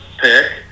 pick